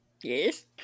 Yes